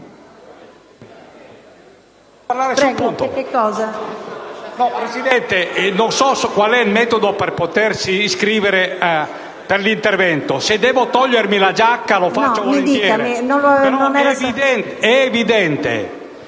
Presidente, non so quale sia il metodo per potersi iscrivere per intervenire: se devo togliermi la giacca, lo faccio volentieri. È evidente,